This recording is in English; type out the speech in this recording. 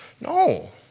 No